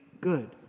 good